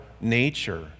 nature